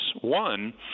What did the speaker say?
One